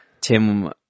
Tim